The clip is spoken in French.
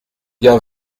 bien